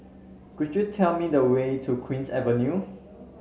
could you tell me the way to Queen's Avenue